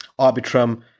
Arbitrum